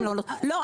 כולל --- לא,